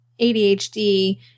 ADHD